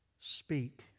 speak